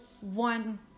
one